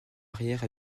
arrière